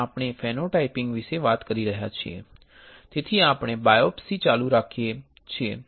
આપણે ફેનોટાઇપિંગ વિશે વાત કરી રહ્યા છીએ તેથી આપણે બાયોપ્સી ચાલુ રાખીએ છીએ